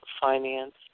finance